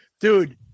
Dude